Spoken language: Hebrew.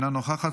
אינה נוכחת,